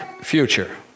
future